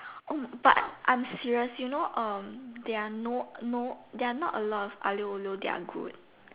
but I'm serious you know there are no no there are not a lot of Aglio-Olio that are good